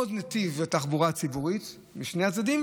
עוד נתיב לתחבורה ציבורית משני הצדדים